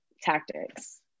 tactics